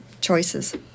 choices